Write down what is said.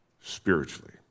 Spiritually